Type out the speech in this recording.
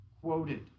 quoted